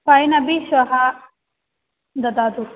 fan अपि श्वः ददातु